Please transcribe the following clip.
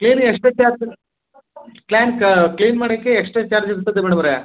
clean extra charge ಕ್ಲ್ಯಾನ್ಕ್ clean ಮಾಡಕ್ಕೆ extra charge ಇರ್ತದೆ ಮೇಡಮವ್ರೇ